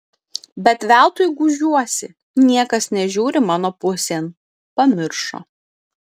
bet veltui gūžiuosi niekas nežiūri mano pusėn pamiršo